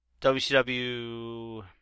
WCW